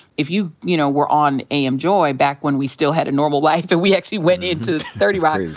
if you, you know, were on am joy back when we still had a normal life and we actually went into thirty rock lee it's